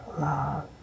love